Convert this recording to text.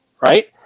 right